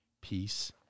peace